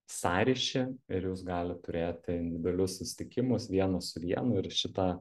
sąryšį ir jūs galit turėti individualius susitikimus vienas su vienu ir šitą